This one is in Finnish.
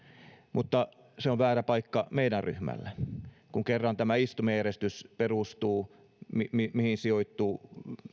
mutta se on väärä paikka meidän ryhmällemme kun kerran tämä istumajärjestys perustuu siihen mihin sijoittuu